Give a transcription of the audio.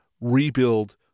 rebuild